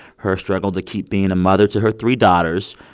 her struggle to keep being a mother to her three daughters,